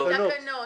בתקנות.